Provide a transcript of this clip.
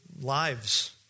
lives